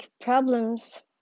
problems